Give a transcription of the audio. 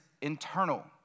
internal